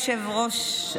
בראש,